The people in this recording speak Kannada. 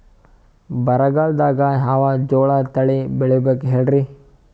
ಬರಗಾಲದಾಗ್ ಯಾವ ಜೋಳ ತಳಿ ಬೆಳಿಬೇಕ ಹೇಳ್ರಿ?